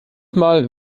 mal